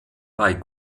bei